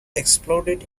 exploded